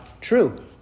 True